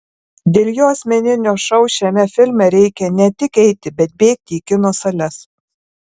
dėl jo asmeninio šou šiame filme reikia ne tik eiti bet bėgti į kino sales